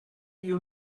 you